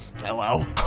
Hello